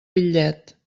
bitllet